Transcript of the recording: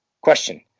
question